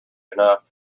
enough